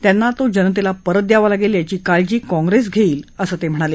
त्यांना तो जनतेला परत द्यावा लागेल याची काळजी काँग्रेस घेईल असं ते म्हणाले